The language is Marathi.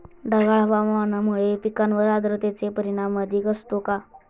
ढगाळ हवामानामुळे पिकांवर आर्द्रतेचे परिणाम अधिक असतो का?